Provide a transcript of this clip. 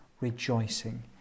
rejoicing